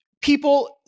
people